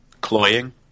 Cloying